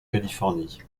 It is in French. californie